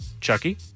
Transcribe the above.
Chucky